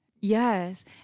Yes